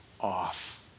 off